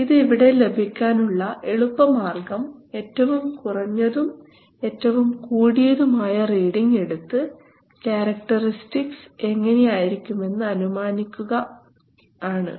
ഇത് ഇവിടെ ലഭിക്കാൻ ഉള്ള എളുപ്പ മാർഗം ഏറ്റവും കുറഞ്ഞതും ഏറ്റവും കൂടിയതും ആയ റീഡിംഗ് എടുത്തു ക്യാരക്ടറിസ്റ്റിക്സ് എങ്ങനെയായിരിക്കുമെന്ന് അനുമാനിക്കുക ആണ്